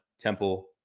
Temple